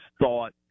thought